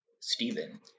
Stephen